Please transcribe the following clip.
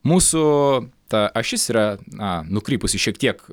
mūsų ta ašis yra na nukrypusi šiek tiek